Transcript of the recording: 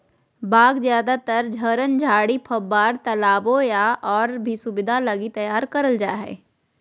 बाग ज्यादातर झरन, झाड़ी, फव्वार, तालाबो या और भी सुविधा लगी तैयार करल जा हइ